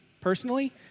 personally